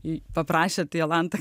ji paprašė jolanta